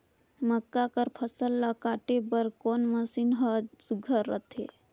मक्का कर फसल ला काटे बर कोन मशीन ह सुघ्घर रथे?